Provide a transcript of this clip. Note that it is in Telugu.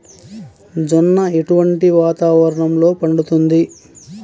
జొన్న ఎటువంటి వాతావరణంలో పండుతుంది?